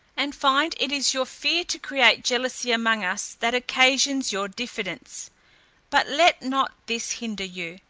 and find it is your fear to create jealousy among us that occasions your diffidence but let not this hinder you.